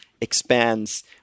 expands